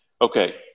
Okay